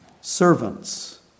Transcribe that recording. Servants